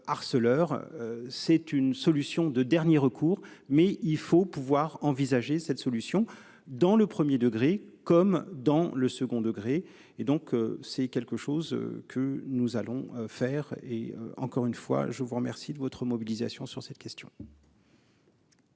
C'est une solution de dernier recours, mais il faut pouvoir envisager cette solution dans le premier degré, comme dans le second degré et donc c'est quelque chose que nous allons faire et encore une fois, je vous remercie de votre mobilisation sur cette question.